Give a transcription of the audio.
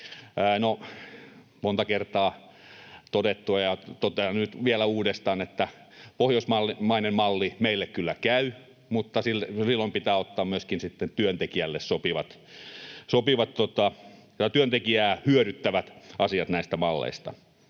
monta kertaa todettu ja totean nyt vielä uudestaan, että pohjoismainen malli meille kyllä käy, mutta silloin pitää ottaa myöskin sitten työntekijää hyödyttävät asiat näistä malleista.